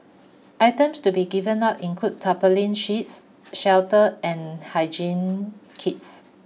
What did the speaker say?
items to be given out include tarpaulin sheets shelter and hygiene kits